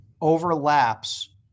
Overlaps